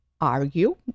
argue